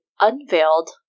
unveiled